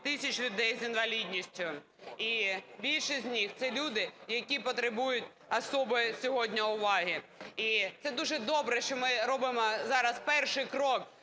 тисяч людей з інвалідністю, і більшість з них – це люди, які потребують особой сьогодні уваги. І це дуже добре, що ми робимо зараз перший крок,